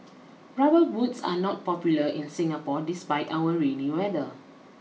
rubber boots are not popular in Singapore despite our rainy weather